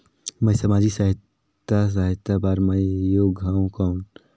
मैं समाजिक सहायता सहायता बार मैं योग हवं कौन?